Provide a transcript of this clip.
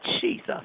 Jesus